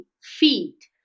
feet